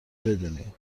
بدونی